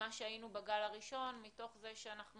ממה שהיינו בגל הראשון, מתוך זה שאנחנו